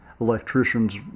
electricians